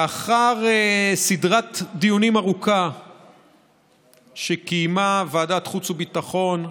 לאחר סדרת דיונים ארוכה שקיימה ועדת חוץ וביטחון,